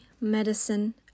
medicine